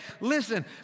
listen